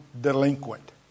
delinquent